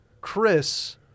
Chris